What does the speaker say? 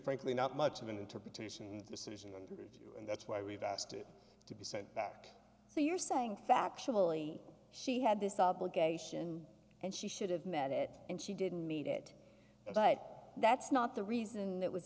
frankly not much of an interpretation decision under review and that's why we've asked it to be sent back so you're saying factually she had this obligation and she should have met it and she didn't need it but that's not the reason that was